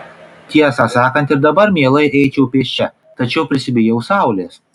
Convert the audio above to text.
tiesą sakant ir dabar mielai eičiau pėsčia tačiau prisibijau saulės